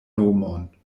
nomon